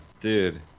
Dude